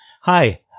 hi